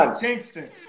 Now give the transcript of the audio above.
Kingston